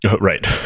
Right